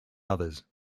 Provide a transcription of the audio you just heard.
others